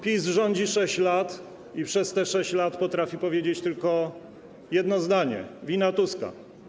PiS rządzi 6 lat i przez te 6 lat potrafi powiedzieć tylko jedno zdanie: wina Tuska.